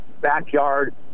backyard